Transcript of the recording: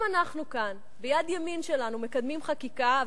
אם אנחנו כאן ביד ימין שלנו מקדמים חקיקה,